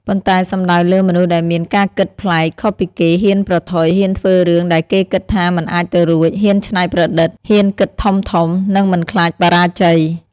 ប៉ុន្តែសំដៅលើ មនុស្សដែលមានការគិតប្លែក ខុសពីគេ ហ៊ានប្រថុយ ហ៊ានធ្វើរឿងដែលគេគិតថាមិនអាចទៅរួច ហ៊ានច្នៃប្រឌិត ហ៊ានគិតធំៗ និងមិនខ្លាចបរាជ័យ។